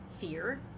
fear